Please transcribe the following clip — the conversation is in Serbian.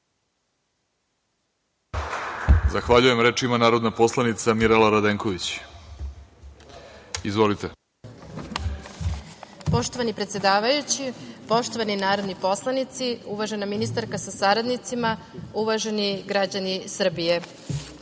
Zahvaljujem. Reč ima narodna poslanica Mirela Radenković. Izvolite. **Mirela Radenković** Poštovani predsedavajući, poštovani narodni poslanici, uvažena ministarka sa saradnicima, uvaženi građani Srbije,